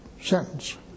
sentence